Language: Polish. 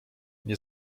nie